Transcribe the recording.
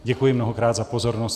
Děkuji mnohokrát za pozornost.